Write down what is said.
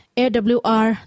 awr